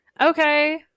okay